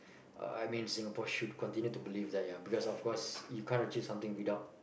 I mean Singapore should continue to believe that ya because of course you can't achieve something without